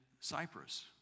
Cyprus